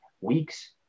weeks